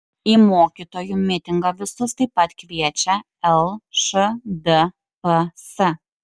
į mokytojų mitingą visus taip pat kviečia lšdps